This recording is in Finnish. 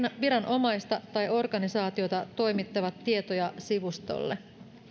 viranomaista tai organisaatiota toimittavat tietoja sivustolle